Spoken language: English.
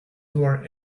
were